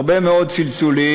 הרבה מאוד צלצולים,